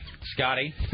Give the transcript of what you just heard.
Scotty